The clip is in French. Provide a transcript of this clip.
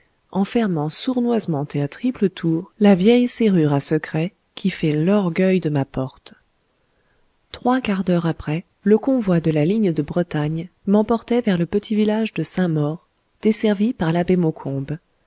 fermant sournoisement et à triple tour la vieille serrure à secret qui fait l'orgueil de ma porte trois quarts d'heure après le convoi de la ligne de bretagne m'emportait vers le petit village de saint-maur desservi par l'abbé maucombe